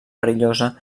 perillosa